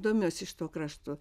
domiuosi šituo kraštu